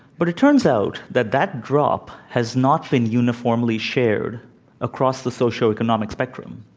but it turns out that that drop has not been uniformly shared across the socioeconomic spectrum.